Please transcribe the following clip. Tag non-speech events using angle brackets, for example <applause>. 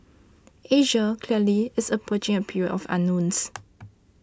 Asia clearly is approaching a period of unknowns <noise>